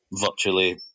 virtually